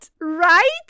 Right